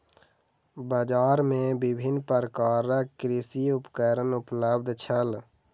बजार में विभिन्न प्रकारक कृषि उपकरण उपलब्ध छल